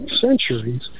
centuries